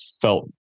felt